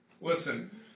Listen